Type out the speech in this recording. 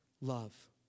love